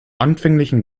anfänglichen